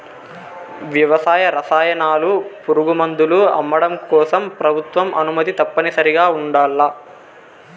వ్యవసాయ రసాయనాలు, పురుగుమందులు అమ్మడం కోసం ప్రభుత్వ అనుమతి తప్పనిసరిగా ఉండల్ల